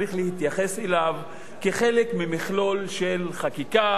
צריך להתייחס אליו כחלק ממכלול של חקיקה.